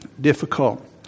difficult